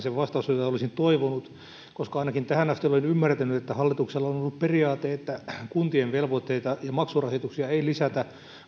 se vastaus jota olisin toivonut koska ainakin tähän asti olen ymmärtänyt että hallituksella on ollut periaate että kuntien velvoitteita ja maksurasituksia ei lisätä